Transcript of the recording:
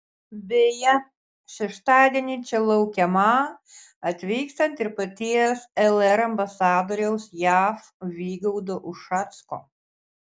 beje šeštadienį čia laukiamą atvykstant ir paties lr ambasadoriaus jav vygaudo ušacko